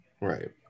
Right